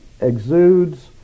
exudes